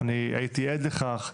אני הייתי עד לכך.